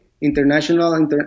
International